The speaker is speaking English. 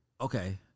Okay